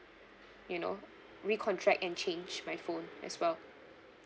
you know recontract and change my phone as well